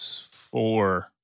four